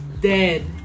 dead